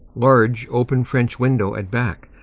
large open french window at back,